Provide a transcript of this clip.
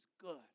good